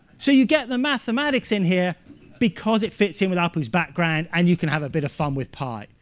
so you get the mathematics in here because it fits in with apu's background and you can have a bit of fun with pi.